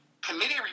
Committee